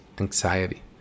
anxiety